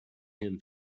him